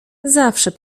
zawsze